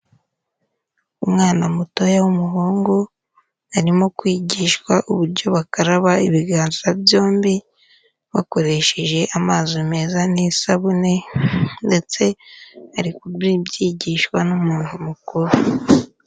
Umwana mutoya w'umuhungu arimo kwigishwa uburyo bakaraba ibiganza byombi bakoresheje amazi meza n'isabune, ndetse ari kubyigishwa n'umuntu mukuru.